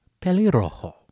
Pelirojo